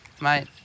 mate